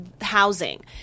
housing